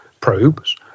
probes